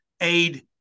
aid